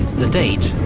the date,